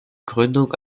gründung